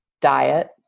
diet